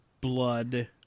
blood